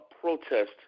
protest